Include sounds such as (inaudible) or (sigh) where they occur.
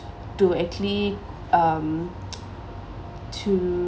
to actually um (noise) to